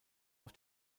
auf